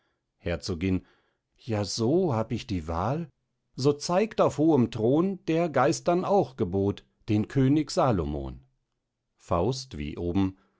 herzogin ja so hab ich die wahl so zeigt auf hohem thron der geistern auch gebot den könig salomon faust wie oben